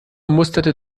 musterte